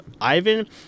Ivan